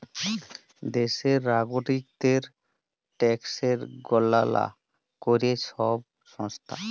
দ্যাশের লাগরিকদের ট্যাকসের গললা ক্যরে ছব সংস্থা